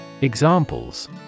Examples